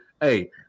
hey –